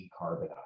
decarbonize